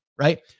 right